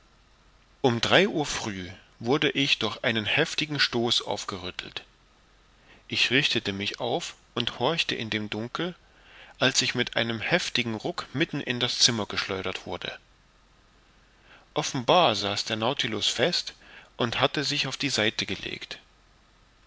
um drei uhr früh wurde ich durch einen heftigen stoß aufgerüttelt ich richtete mich auf und horchte in dem dunkel als ich mit einem heftigen ruck mitten in das zimmer geschleudert wurde offenbar saß der nautilus fest und hatte sich auf die seite gelegt